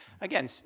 Again